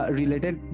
related